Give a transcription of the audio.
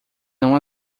não